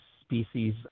species